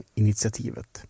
initiativet